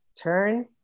turn